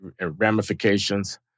ramifications